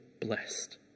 blessed